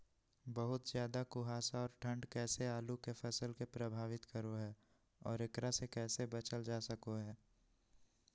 बहुत ज्यादा कुहासा और ठंड कैसे आलु के फसल के प्रभावित करो है और एकरा से कैसे बचल जा सको है?